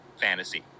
fantasy